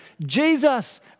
Jesus